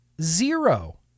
Zero